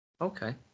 okay